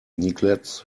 neglects